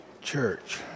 church